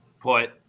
put